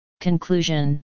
Conclusion